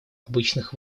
обычных